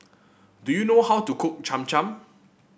do you know how to cook Cham Cham